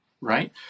right